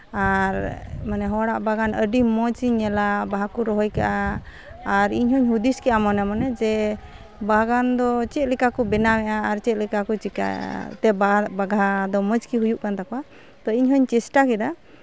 ᱟᱨ ᱢᱟᱱᱮ ᱦᱚᱲᱟᱜ ᱵᱟᱜᱟᱱ ᱟᱹᱰᱤ ᱢᱚᱡᱤᱧ ᱧᱮᱞᱟ ᱵᱟᱦᱟ ᱠᱚ ᱨᱚᱦᱚᱭ ᱠᱟᱜᱼᱟ ᱟᱨ ᱤᱧᱦᱚᱸ ᱦᱩᱫᱤᱥ ᱠᱮᱫᱟ ᱢᱚᱱᱮ ᱢᱚᱱᱮ ᱡᱮ ᱵᱟᱜᱟᱱ ᱫᱚ ᱪᱮᱫ ᱞᱮᱠᱟ ᱠᱚ ᱵᱮᱱᱟᱣᱮᱫᱟ ᱟᱨ ᱪᱮᱫ ᱞᱮᱠᱟ ᱠᱚ ᱪᱤᱠᱟᱹᱭᱮᱫᱟ ᱛᱮ ᱵᱟᱜᱟᱱ ᱫᱚ ᱢᱚᱡᱽᱜᱮ ᱦᱩᱭᱩᱜ ᱠᱟᱱ ᱛᱟᱠᱚᱣᱟ ᱛᱳ ᱤᱧᱦᱚᱸᱧ ᱪᱮᱥᱴᱟ ᱠᱮᱫᱟ